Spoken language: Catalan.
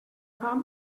fam